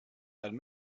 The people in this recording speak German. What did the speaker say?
dann